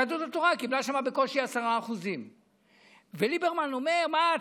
יהדות התורה קיבלה שם בקושי 10%. וליברמן אומר: מה,